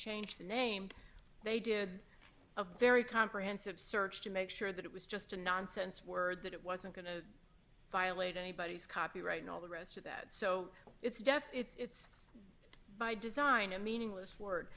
changed the name they did a very comprehensive search to make sure that it was just a nonsense word that it wasn't going to violate anybody's copyright know all the rest of that so it's death it's by design a meaningless word